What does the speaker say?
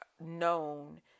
known